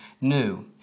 new